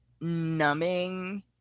numbing